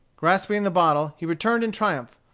grasping the bottle, he returned in triumph.